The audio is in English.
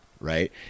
right